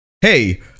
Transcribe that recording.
hey